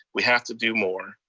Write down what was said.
we have to do more.